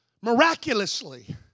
miraculously